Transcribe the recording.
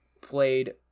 played